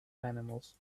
animals